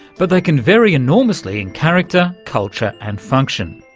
but they can vary enormously in character, culture and function.